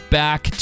back